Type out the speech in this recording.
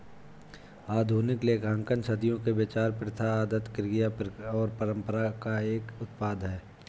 आधुनिक लेखांकन सदियों के विचार, प्रथा, आदत, क्रिया और परंपरा का एक उत्पाद है